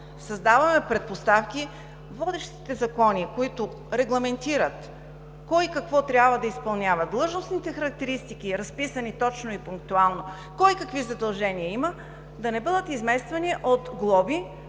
създаваме предпоставки във водещите закони, които регламентират кой какво трябва да изпълнява, в длъжностните характеристики, разписани точно и пунктуално кой какви задължения има, да не бъдат измествани от глоби,